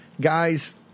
Guys